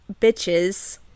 bitches